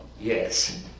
Yes